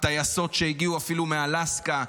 טייסות שהגיעו אפילו מאלסקה.